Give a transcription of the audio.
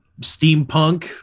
Steampunk